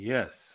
Yes